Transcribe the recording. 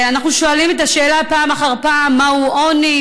ואנחנו שואלים את השאלה פעם אחר פעם מהו עוני,